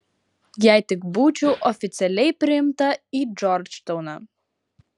jei tik būčiau oficialiai priimta į džordžtauną